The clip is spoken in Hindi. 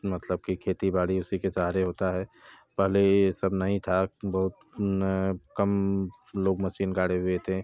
मतलब कि खेती बाड़ी उसी के सहारे होता है पहले ये सब नहीं था बहुत कम लोग मसीन गाड़े हुए थे